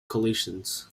coalitions